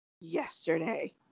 yesterday